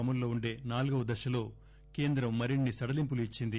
అమలులో ఉండే నాల్గవ దశలో కేంద్రం మరిన్ని సడలింపులు ఇచ్చింది